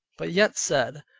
but yet said,